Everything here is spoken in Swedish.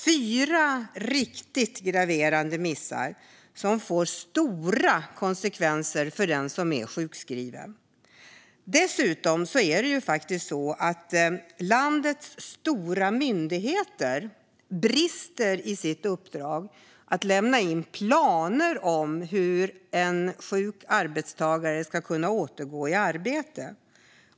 Det är fyra riktigt graverande missar som leder till stora konsekvenser för den som är sjukskriven. Dessutom är det landets stora myndigheter som brister i sina uppdrag i fråga om att lämna in planer för hur en sjuk arbetstagare ska kunna återgå i arbete.